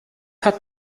hat